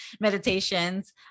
meditations